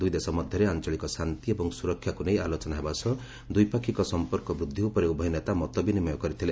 ଦୁଇଦେଶ ମଧ୍ୟରେ ଆଞ୍ଚଳିକ ଶାନ୍ତି ଏବଂ ସୁରକ୍ଷାକୁ ନେଇ ଆଲୋଚନା ହେବା ସହ ଦ୍ୱିପାକ୍ଷିକ ସଂପର୍କ ବୃଦ୍ଧି ଉପରେ ଉଭୟ ନେତା ମତ ବିନିମୟ କରିଥିଲେ